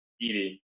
eating